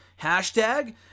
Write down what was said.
hashtag